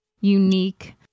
unique